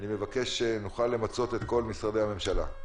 כדי שנוכל למצות את כל משרדי הממשלה.